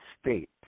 state